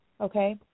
okay